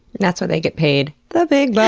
and that's why they get paid the big but